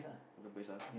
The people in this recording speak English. other place ah